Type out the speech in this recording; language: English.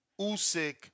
Usyk